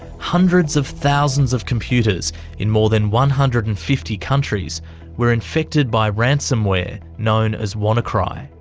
hundreds of thousands of computers in more than one hundred and fifty countries were infected by ransomware known as wannacry.